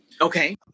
Okay